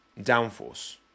downforce